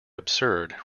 absurd